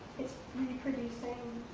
it's reproducing